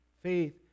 Faith